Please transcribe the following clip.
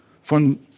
von